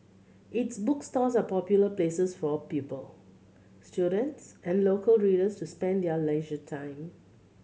its bookstores are popular places for pupil students and local readers to spend their leisure time